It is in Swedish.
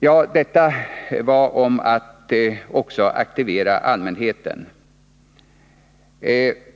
Jag har här talat om värdet av att vi också aktiverar allmänheten.